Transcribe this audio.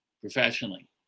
professionally